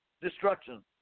destruction